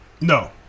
No